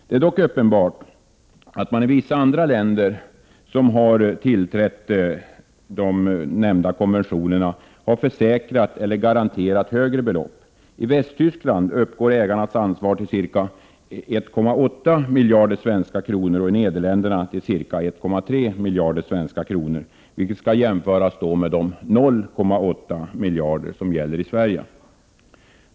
Det är dock uppenbart att man i vissa andra länder, som har tillträtt de nämnda konventionerna, försäkrat eller garanterat högre belopp. I Västtyskland uppgår ägarnas ansvar till ca 1,8 miljarder svenska kronor och i Nederländerna till ca 1,3 miljarder svenska kronor. Detta skall jämföras med 0,8 miljarder i Sverige.